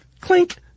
Clink